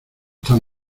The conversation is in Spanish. tan